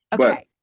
Okay